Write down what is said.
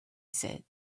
said